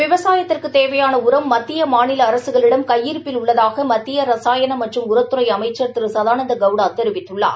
விவசாயத்திற்கு தேவையான உரம் மத்திய மாநில அரசுகளிடம் கையிருப்பில் உள்ளதாக மத்திய ரசாயன மற்றும் உரத்துறை அமைச்சர் அமைச்சர் திரு சதானந்த கவுடா தெரிவித்துள்ளார்